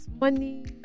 Money